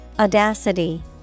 Audacity